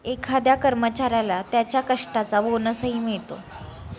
एखाद्या कर्मचाऱ्याला त्याच्या कष्टाचा बोनसही मिळतो